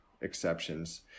exceptions